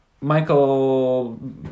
Michael